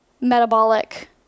metabolic